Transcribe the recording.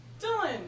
Dylan